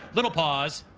little pause,